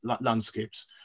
landscapes